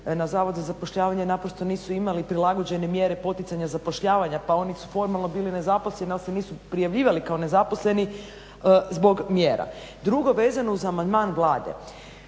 na Zavod za zapošljavanje jer naprosto nisu imali prilagođene mjere poticanja zapošljavanja pa oni su formalno bili nezaposleni ali se nisu prijavljivali kao nezaposleni zbog mjera. Drugo, vezano uz amandman Vlade